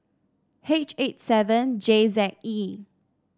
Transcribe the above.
H eight seven J Z E